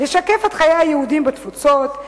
לשקף את חיי היהודים בתפוצות,